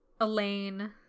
Elaine